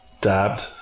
dabbed